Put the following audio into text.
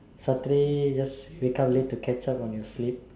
Saturday just wake up late to catch up on your sleep